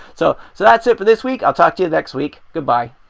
so so that's it for this week. i'll talk to you next week. goodbye!